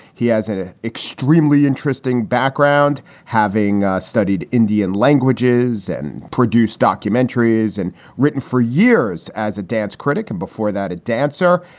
he has had an ah extremely interesting background, having studied indian languages and produced documentaries and written for years as a dance critic and before that, a dancer.